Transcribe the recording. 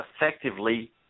effectively